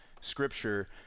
scripture